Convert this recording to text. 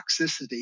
toxicity